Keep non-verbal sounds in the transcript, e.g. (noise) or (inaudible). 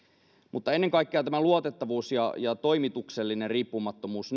ennen kaikkea luotettavuus ja ja toimituksellinen riippumattomuus (unintelligible)